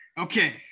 Okay